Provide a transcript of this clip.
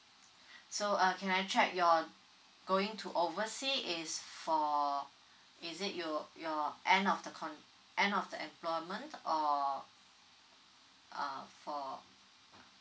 so uh can I check you're going to oversea is for is it you your end of the con~ end of the employment or um for